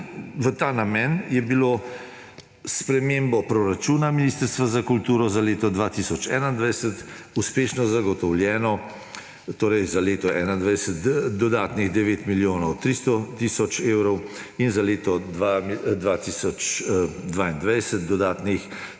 v ta namen je bilo s spremembo proračuna Ministrstva za kulturo za leto 2021 uspešno zagotovljenih za leto 2021 dodatnih 9 milijonov 300 tisoč evrov in za leto 2022 dodatnih